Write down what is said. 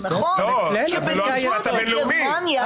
זה לא המשפט הבין-לאומי.